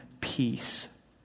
peace